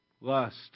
Lust